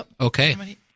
Okay